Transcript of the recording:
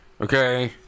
Okay